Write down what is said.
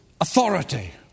authority